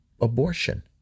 abortion